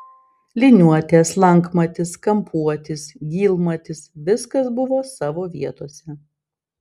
liniuotė slankmatis kampuotis gylmatis viskas buvo savo vietose